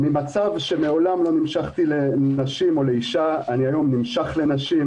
ממצב שמעולם לא נמשכתי לנשים אני היום נמשך לנשים,